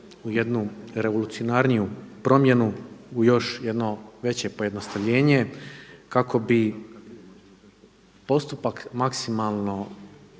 u jednu revolucionarniju promjenu, u još jedno veće pojednostavljenje kako bi postupak maksimalno,